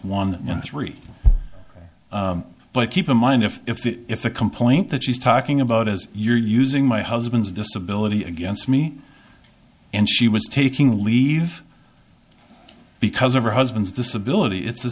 one and three but keep in mind if if the complaint that she's talking about as you're using my husband's disability against me and she was taking leave because of her husband's disability it's the